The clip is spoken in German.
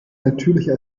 natürlicher